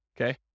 okay